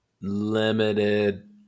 limited